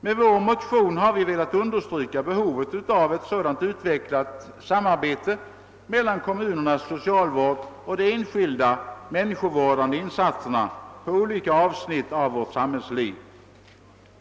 Med vår motion har vi velat understryka behovet av ett sådant utvecklat samarbete mellan kommunernas socialvård och de enskilda människovårdande insatserna på olika avsnitt av vårt samhällsliv.